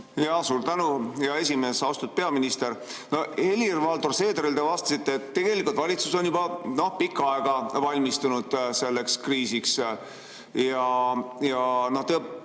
Suur tänu, hea esimees! Austatud peaminister! Helir-Valdor Seederile te vastasite, et tegelikult valitsus on juba pikka aega valmistunud selleks kriisiks. Ja no